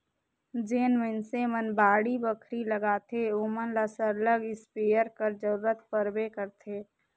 जेन मइनसे मन बाड़ी बखरी लगाथें ओमन ल सरलग इस्पेयर कर जरूरत परबे करथे